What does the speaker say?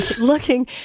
looking